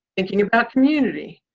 thinking about community,